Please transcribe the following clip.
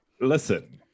Listen